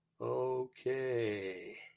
Okay